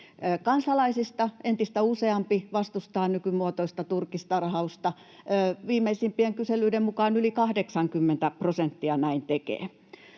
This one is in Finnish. Kansalaisista entistä useampi vastustaa nykymuotoista turkistarhausta, viimeisimpien kyselyiden mukaan yli 80 prosenttia näin tekee.